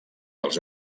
els